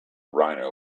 rhino